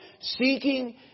seeking